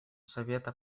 совета